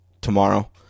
tomorrow